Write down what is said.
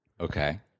Okay